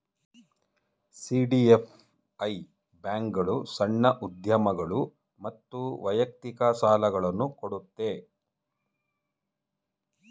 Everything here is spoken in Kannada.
ಸಿ.ಡಿ.ಎಫ್.ಐ ಬ್ಯಾಂಕ್ಗಳು ಸಣ್ಣ ಉದ್ಯಮಗಳು ಮತ್ತು ವೈಯಕ್ತಿಕ ಸಾಲುಗಳನ್ನು ಕೊಡುತ್ತೆ